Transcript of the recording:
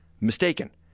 mistaken